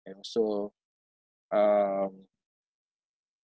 and also um